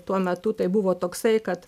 tuo metu tai buvo toksai kad